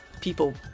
people